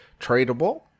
tradable